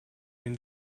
den